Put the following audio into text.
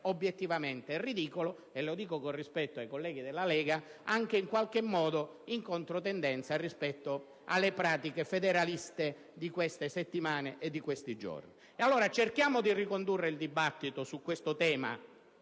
obiettivamente ridicola e - lo dico con rispetto per i colleghi della Lega - anche in qualche modo in controtendenza rispetto alle pratiche federaliste di queste settimane e di questi giorni. Allora, per evitare che diventi motivo